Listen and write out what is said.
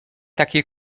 takie